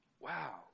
Wow